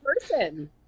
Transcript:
person